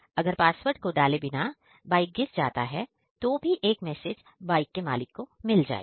अगर पासवर्ड को डाले बिना बाइक गिर जाता है तो भी एक मैसेज बाइक के मालिक को मिल जाएगा